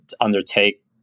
undertake